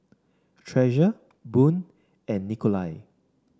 Treasure Boone and Nikolai